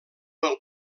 del